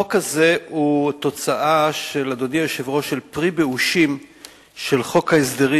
החוק הזה הוא תוצאה של פרי באושים של חוק ההסדרים